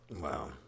Wow